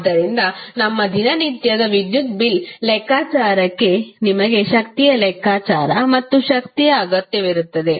ಆದ್ದರಿಂದ ನಮ್ಮ ದಿನನಿತ್ಯದ ವಿದ್ಯುತ್ ಬಿಲ್ ಲೆಕ್ಕಾಚಾರಕ್ಕೆ ನಿಮಗೆ ಶಕ್ತಿಯ ಲೆಕ್ಕಾಚಾರ ಮತ್ತು ಶಕ್ತಿಯ ಅಗತ್ಯವಿರುತ್ತದೆ